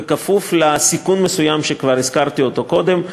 בכפוף לסיכון מסוים שכבר הזכרתי אותו קודם,